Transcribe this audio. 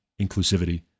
inclusivity